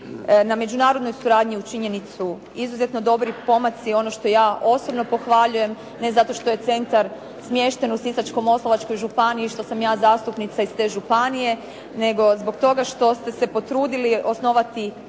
Na međunarodnoj suradnji učinjeni su izuzetno dobri pomaci, ono što ja osobno pohvaljujem, ne zato što je centar smješten u Sisačko-moslavačkoj županiji, što sam ja zastupnica iz te županije, nego zbog toga što ste se potrudili osnovati